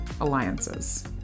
alliances